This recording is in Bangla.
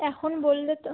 এখন বললে তো